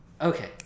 Okay